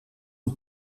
een